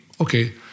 okay